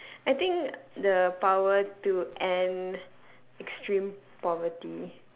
I think the power to end extreme poverty